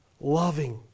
loving